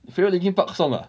favourite linkin park song ah